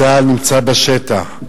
צה"ל נמצא בשטח.